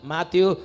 Matthew